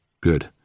Good